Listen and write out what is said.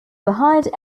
behind